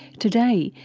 today,